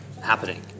happening